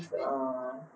uh